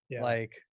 like-